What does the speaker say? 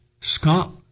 Scott